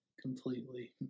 completely